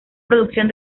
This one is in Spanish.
producción